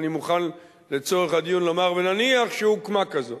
ואני מוכן לצורך הדיון לומר: ונניח שהוקמה כזאת.